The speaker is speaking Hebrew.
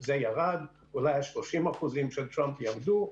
זה ירד, אולי 30% של טראמפ - ירדו,